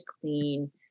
clean